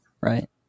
right